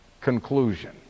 conclusion